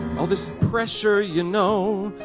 all this pressure, you know?